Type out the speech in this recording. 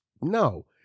No